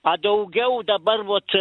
a daugiau dabar vot